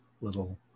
little